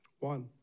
One